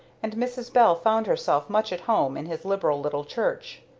and mrs. bell found herself much at home in his liberal little church.